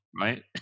right